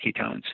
ketones